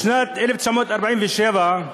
בשנת 1947,